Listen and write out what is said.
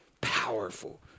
powerful